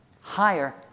higher